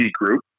Group